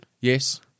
Yes